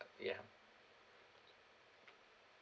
ya